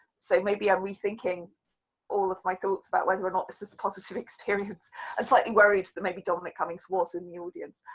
so maybe i'm rethinking all of my thoughts about whether or not this is a positive experience, and slightly worrying that maybe dominic cummings was in the audience.